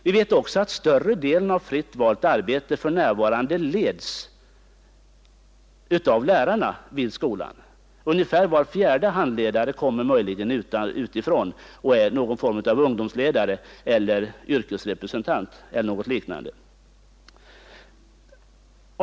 Vi vet också att större delen av fritt valt arbete för närvarande 17 mars 1972 leds av lärarna vid skolan. Ungefär var fjärde handledare kommer möjligen utifrån och utgörs av någon form av ungdomsledare eller en yrkesrepresentant eller något liknande.